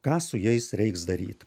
ką su jais reiks daryt